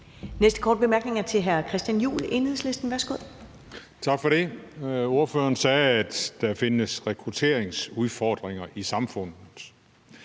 næste korte bemærkning er fra hr. Christian Juhl, Enhedslisten. Værsgo. Kl. 13:13 Christian Juhl (EL): Tak for det. Ordføreren sagde, at der findes rekrutteringsudfordringer i samfundet.